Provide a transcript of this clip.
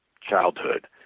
childhood